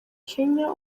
kenya